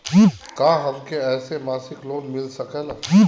का हमके ऐसे मासिक लोन मिल सकेला?